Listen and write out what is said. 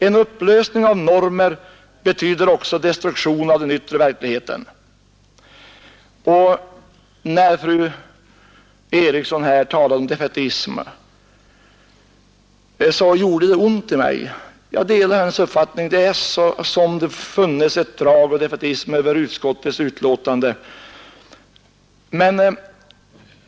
En upplösning av normer betyder också destruktion av den yttre verkligheten. När fru Eriksson i Stockholm här talade om defaitism gjorde det ont i mig. Jag delar nämligen hennes uppfattning, att det verkar som om det funnes ett drag av defaitism över utskottets betänkande.